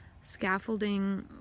scaffolding